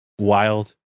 Wild